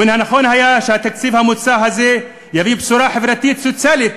ומן הנכון היה שהתקציב המוצע הזה יביא בשורה חברתית סוציאלית